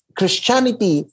Christianity